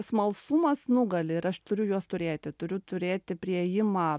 smalsumas nugali ir aš turiu juos turėti turiu turėti priėjimą